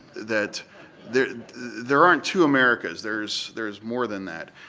that there there aren't two americas. there's there's more than that.